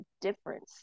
difference